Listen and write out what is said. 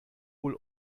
wohl